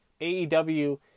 AEW